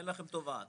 ואין לכם תובעת.